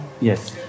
yes